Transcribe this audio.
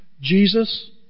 Jesus